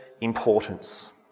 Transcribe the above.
importance